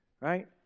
right